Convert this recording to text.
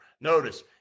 notice